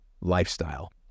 lifestyle